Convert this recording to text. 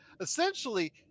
essentially